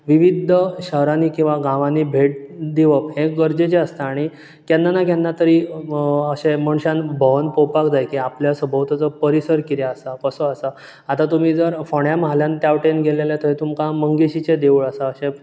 विविध शारांनी किंवा गावांनी भेट दिवप हें गरजेचें आसता आनी केन्ना ना केन्ना तरी अ मनशान अशें भोवोन पळोवपाक जाय आपल्या सरभोंवतणचो जो परिसर कितें आसा कसो आसा आतां तुमी जर फोंड्या म्हालांत तेवटेन गेले जाल्यार थंय तुमकां मंगेशीचें देवूळ आसा अशें